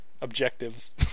objectives